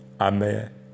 Amen